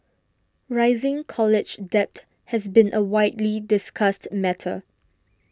rising college debt has been a widely discussed matter